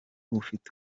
bufite